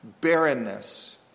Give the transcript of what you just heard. barrenness